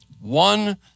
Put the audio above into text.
one